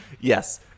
Yes